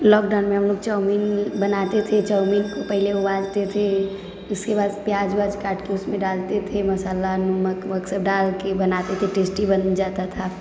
लॉकडाउनमे हम लोग चाऊमीन बनाते थे चाऊमीन को पहिले उबालते थे उसके बाद प्याज व्याज काटके उसमे डालते थे मसाला नमक वह सब डालके बनाते थे टेस्टी बन जाता था